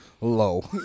low